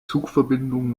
zugverbindungen